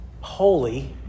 holy